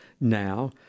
now